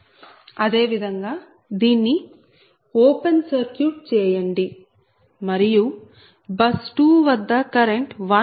అదే విధంగా దీన్ని ఓపెన్ సర్క్యూట్ చేయండి మరియు బస్ 2 వద్ద కరెంట్ 1